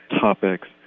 topics